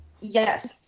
Yes